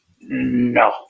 No